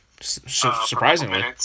Surprisingly